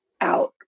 out